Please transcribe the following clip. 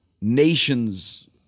nation's